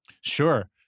Sure